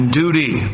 duty